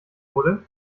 wurde